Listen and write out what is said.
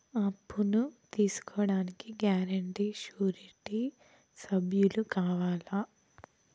అప్పును తీసుకోడానికి guarantee, surety సభ్యులు కావాలా?